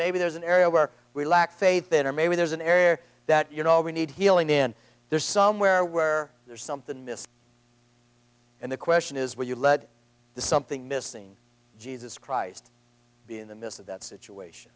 maybe there's an area where we lack faith in or maybe there's an air that you know we need healing in there somewhere where there's something missing and the question is will you lead to something missing jesus christ be in the midst of that situation